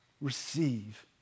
receive